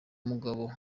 mugabo